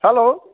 hello